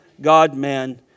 God-man